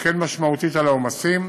תקל משמעותית את העומסים,